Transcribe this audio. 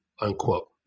Unquote